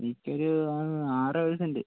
എനിക്കൊര് ആറോ ഏഴ് സെൻറ്